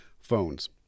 phones